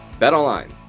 BetOnline